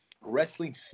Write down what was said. wrestling